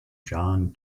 john